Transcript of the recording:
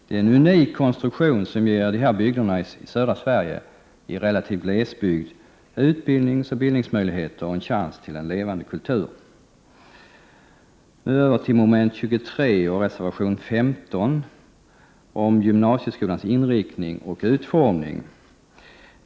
Det är en unik konstruktion som ger de här orterna i relativ glesbygd i södra Sverige utbildningsoch bildningsmöjligheter samt chans till en levande kultur. Nu över till mom. 23 och reservation 15 om gymnasieskolans inriktning och utformning.